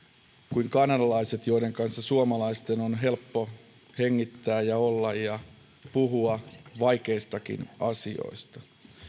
kuin kanadalaiset joiden kanssa suomalaisten on helppo hengittää ja olla ja puhua vaikeistakin asioista